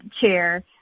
chair